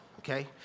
Okay